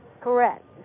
Correct